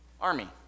army